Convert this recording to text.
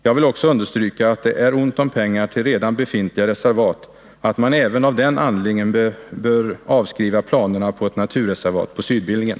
Jag vill också understryka, att det är ont om pengar till redan befintliga reservat och att man även av den anledningen bör avskriva planerna på ett naturreservat på Sydbillingen.